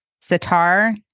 sitar